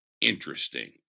Interesting